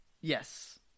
Yes